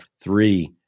three